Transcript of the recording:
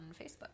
Facebook